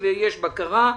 ויש בקרה,